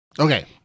Okay